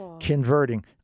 converting